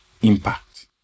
impact